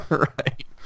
Right